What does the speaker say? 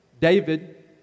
David